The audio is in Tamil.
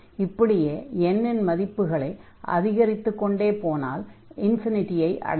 இப்படியே n இன் மதிப்பை அதிகரித்து கொண்டே போனால் ஐ அடையும்